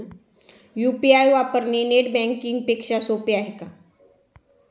UPI वापरणे net banking पेक्षा सोपे आहे का?